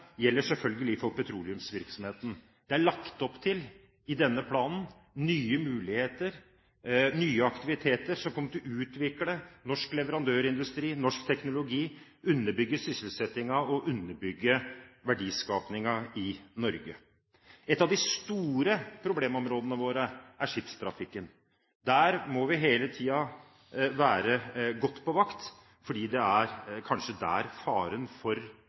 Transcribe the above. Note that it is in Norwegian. gjelder selvfølgelig for petroleumsvirksomheten. Det er i denne planen lagt opp til nye muligheter, nye aktiviteter som kommer til å utvikle norsk leverandørindustri og norsk teknologi og underbygge sysselsettingen og verdiskapingen i Norge. Et av de store problemområdene våre er skipstrafikken. Der må vi hele tiden være på vakt fordi det kanskje er der faren for